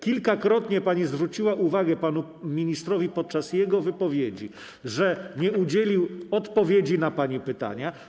Kilkakrotnie zwróciła pani uwagę panu ministrowi podczas jego wypowiedzi, że nie udzielił odpowiedzi na pani pytania.